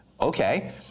Okay